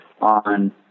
on